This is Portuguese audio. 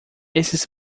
esses